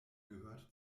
gehört